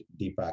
Deepak